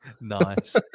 Nice